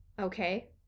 Okay